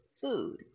food